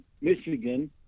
Michigan